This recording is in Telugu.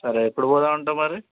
సరే ఎప్పుడు పోదామంటావు మరి